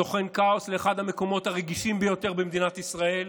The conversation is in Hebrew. סוכן כאוס לאחד המקומות הרגישים ביותר במדינת ישראל,